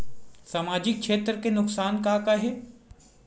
सामाजिक क्षेत्र के नुकसान का का हे?